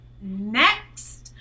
next